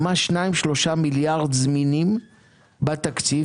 ממש 3-2 מיליארד זמינים בתקציב,